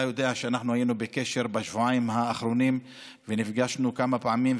אתה יודע שהיינו בקשר בשבועיים האחרונים ונפגשנו כמה פעמים,